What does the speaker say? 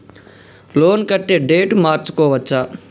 Loan కట్టే date మార్చుకోవచ్చా?